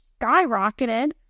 skyrocketed